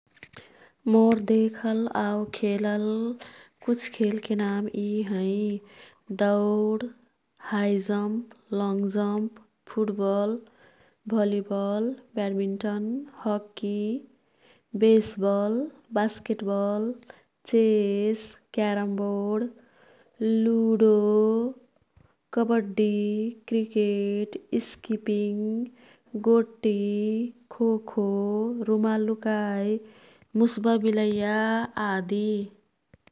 मोर् देखल आऊ खेलल कुछ खेलके नाम यी हैं। दौड, high jump, long jump, football, volleyball, badminton, hockey, baseball, basketball, chess, carrom board, ludo, kabaddi, cricket, skipping, गोट्टी, खोखो, रुमाल लुकाई, मुस्बा बिलैया, आदि।